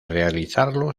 realizarlo